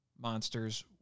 monsters